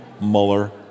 Mueller